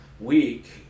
week